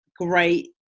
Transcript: great